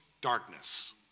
darkness